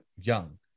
Young